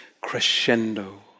crescendo